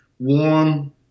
warm